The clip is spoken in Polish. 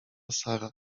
sara